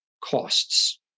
costs